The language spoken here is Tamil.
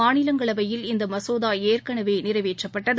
மாநிலங்களவையில் இந்த மசோதா ஏற்கனவே நிறைவேற்றப்பட்டது